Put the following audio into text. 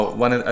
one